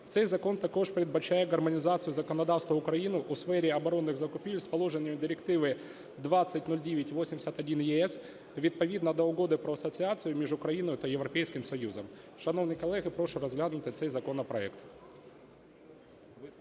Цей закон також передбачає гармонізацію законодавства України у сфері оборонних закупівель з положенням Директиви 2009/81/ЄС відповідно до Угоди про асоціацію між Україною та Європейським Союзом. Шановні колеги, прошу розглянути цей законопроект.